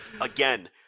Again